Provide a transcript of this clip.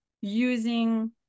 using